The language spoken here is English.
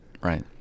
Right